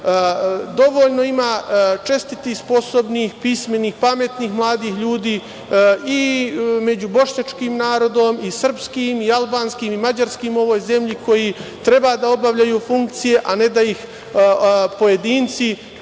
Dovoljno ima čestitih, sposobnih, pismenih, pametnih mladih ljudi i među bošnjačkim narodom, sprskim, albanskim i mađarskim u ovoj zemlji koji treba da obavljaju funkcije a ne da ih pojedinci